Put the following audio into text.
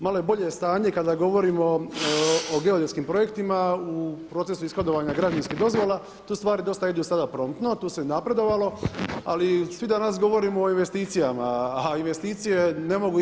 Malo je bolje stanje kada govorimo o geodetskim projektima u procesu ishodovanja građevinskih dozvola, tu stvari dosta idu sada promptno, tu se napredovalo, ali svi danas govorimo o investicijama, a investicije ne mogu ići.